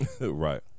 Right